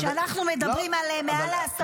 כשאנחנו מדברים על מעל ל-10